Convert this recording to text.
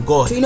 God